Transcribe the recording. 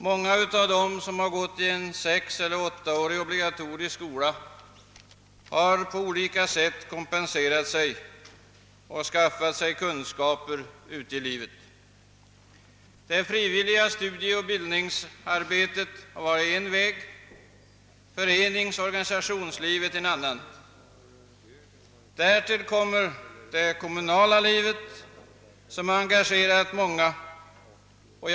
Många av dem som bara gått i sexeller åttaårig obligatorisk skola har på olika sätt kompenserat sig och skaffat sig kunskaper ute i livet. Det frivilliga studieoch bildningsarbe :tet har varit en väg, föreningsoch organisationslivet en annan. Likaså har "det kommunala livet engagerat många människor.